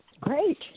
Great